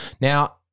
Now